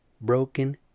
broken